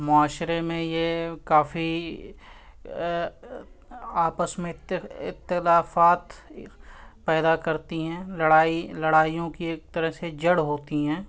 معاشرے میں یہ کافی آپس میں اختلافات پیدا کرتی ہیں لڑائی لڑائیوں کی ایک طرح سے جڑ ہوتی ہیں